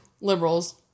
liberals